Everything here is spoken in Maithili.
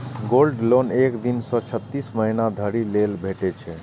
गोल्ड लोन एक दिन सं छत्तीस महीना धरि लेल भेटै छै